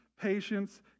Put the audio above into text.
patience